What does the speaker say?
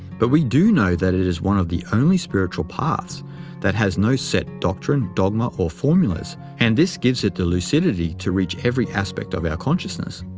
but we do know that it is one of the only spiritual paths that has no set doctrine, dogma, or formulas, and this gives it the lucidity to reach every aspect of our consciousness.